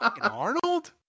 Arnold